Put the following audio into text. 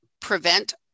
prevent